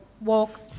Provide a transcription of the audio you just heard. walks